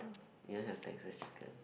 you want have Texas chicken